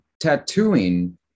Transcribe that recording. tattooing